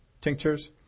tinctures